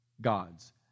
gods